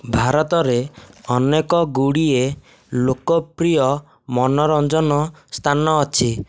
ଭାରତରେ ଅନେକ ଗୁଡ଼ିଏ ଲୋକପ୍ରିୟ ମନୋରଞ୍ଜନ ସ୍ଥାନ ଅଛି